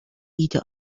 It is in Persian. ایده